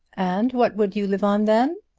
and what would you live on then?